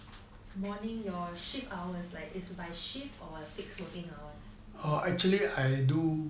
morning your shift hour like is by shift or by fixed working hours